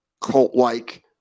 cult-like